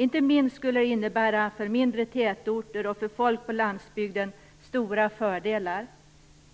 Inte minst skulle det innebära stora fördelar för mindre tätorter och för folk på landsbygden.